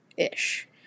ish